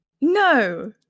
No